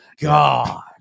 God